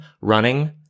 running